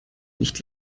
nicht